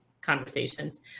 conversations